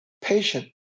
Patient